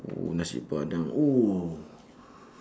nasi padang !woo!